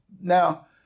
Now